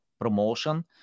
promotion